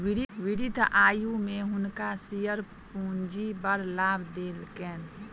वृद्ध आयु में हुनका शेयर पूंजी बड़ लाभ देलकैन